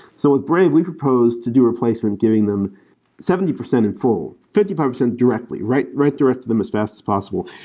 so with brave, we proposed to do replacement giving them seventy percent in full, fifty percent directly, write write direct to them as fast as possible.